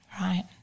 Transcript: Right